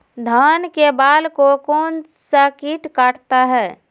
धान के बाल को कौन सा किट काटता है?